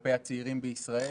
כלפי הצעירים בישראל,